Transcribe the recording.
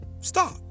stop